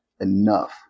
enough